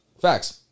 Facts